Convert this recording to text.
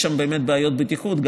יש שם באמת בעיות בטיחות,